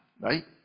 Right